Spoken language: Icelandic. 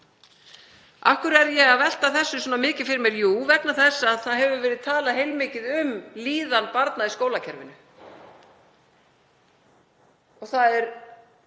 hverju er ég að velta þessu mikið fyrir mér? Jú, vegna þess að það hefur verið talað heilmikið um líðan barna í skólakerfinu. Það er